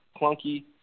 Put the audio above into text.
clunky